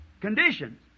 conditions